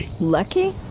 lucky